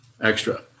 extra